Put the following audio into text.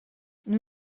nous